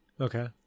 Okay